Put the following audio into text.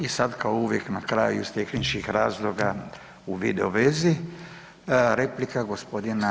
I sad kao uvijek na kraju iz tehničkih razloga u video vezi replika gospodina